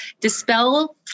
dispel